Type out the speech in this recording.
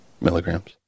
milligrams